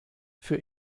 für